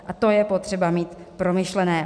A to je potřeba mít promyšlené.